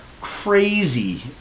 crazy